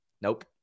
Nope